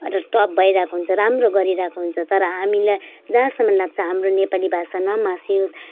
र टप भइरहेको हुन्छ राम्रो गरिरहेको हुन्छ तर हामीलाई जहाँसम्म लाग्छ हाम्रो नेपाली भाषा नमासियोस्